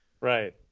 right